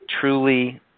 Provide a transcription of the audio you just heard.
truly